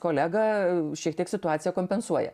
kolega šiek tiek situaciją kompensuoja